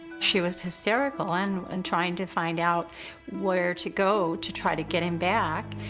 she was hysterical and and trying to find out where to go to try to get him back.